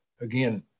again